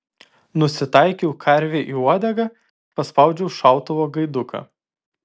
nusitaikiau karvei į uodegą paspaudžiau šautuvo gaiduką